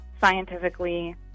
scientifically